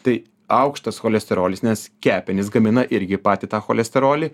tai aukštas cholesterolis nes kepenys gamina irgi patį tą cholesterolį